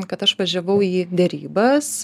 kad aš važiavau į derybas